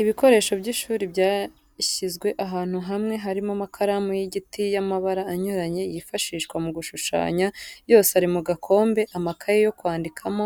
Ibikoresho by'ishuri byashyizwe ahantu hamwe harimo amakaramu y'igiti y'amabara anyuranye yifashishwa mu gushushanya yose ari mu gakombe, amakaye yo kwandikamo,